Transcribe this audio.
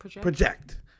project